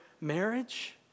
marriage